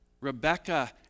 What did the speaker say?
Rebecca